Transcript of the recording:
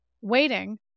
waiting